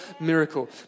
miracle